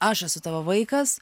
aš esu tavo vaikas